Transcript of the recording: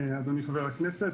אדוני חבר הכנסת,